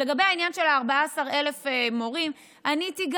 לגבי העניין של ה-14,000 מורים, עניתי.